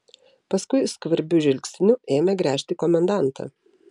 paskui skvarbiu žvilgsniu ėmė gręžti komendantą